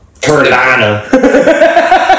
Carolina